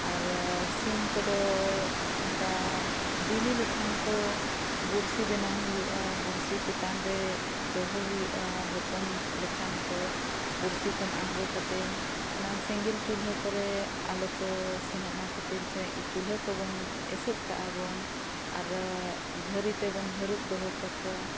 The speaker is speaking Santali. ᱟᱨ ᱥᱤᱢ ᱠᱚᱫᱚ ᱚᱱᱠᱟ ᱵᱤᱞᱤ ᱞᱮᱠᱷᱟᱱ ᱠᱚ ᱵᱩᱨᱥᱤ ᱵᱮᱱᱟᱣ ᱦᱩᱭᱩᱜᱼᱟ ᱵᱩᱨᱥᱤ ᱪᱮᱛᱟᱱ ᱨᱮ ᱫᱚᱦᱚ ᱦᱩᱭᱩᱜᱼᱟ ᱦᱚᱯᱚᱱ ᱞᱮᱠᱷᱟᱱ ᱠᱚ ᱵᱩᱨᱥᱤ ᱠᱷᱚᱱ ᱟᱬᱜᱚ ᱠᱟᱛᱮᱫ ᱚᱱᱟ ᱥᱮᱸᱜᱮᱞ ᱪᱩᱞᱦᱟᱹ ᱠᱚᱨᱮᱫ ᱟᱞᱚ ᱠᱚ ᱥᱮᱱᱚᱜ ᱚᱱᱟ ᱠᱷᱟᱹᱛᱤᱨ ᱥᱮ ᱪᱩᱞᱦᱟᱹ ᱠᱚᱵᱚᱱ ᱮᱥᱮᱫ ᱠᱟᱜᱼᱟ ᱵᱚᱱ ᱟᱨ ᱜᱷᱟᱹᱨᱤ ᱛᱮᱵᱚᱱ ᱦᱟᱹᱨᱩᱵ ᱫᱚᱦᱚ ᱠᱟᱠᱚᱣᱟ